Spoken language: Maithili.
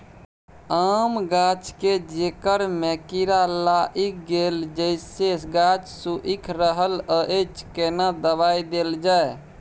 आम गाछ के जेकर में कीरा लाईग गेल जेसे गाछ सुइख रहल अएछ केना दवाई देल जाए?